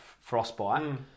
frostbite